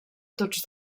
tots